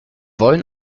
wollen